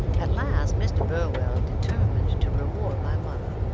at last mr. burwell determined to reward my mother,